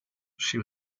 she